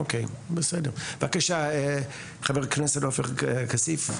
אוקי, בסדר, בבקשה, חבר הכנסת עופר כסיף,